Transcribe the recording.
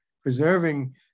preserving